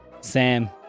Sam